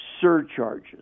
surcharges